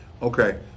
Okay